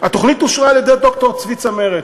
הוא נבחר כדי לייצר תפיסת עולם.